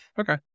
Okay